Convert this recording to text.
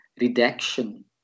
redaction